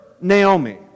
Naomi